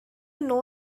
know